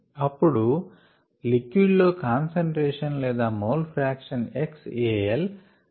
అప్పుడు లిక్విడ్ లో కాన్సంట్రేషన్ లేదా మోల్ ఫ్రాక్షన్ xAL